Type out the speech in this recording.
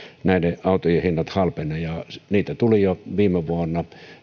näiden autojen hinnat halpenevat henkilöautoja tuli jo viime vuonna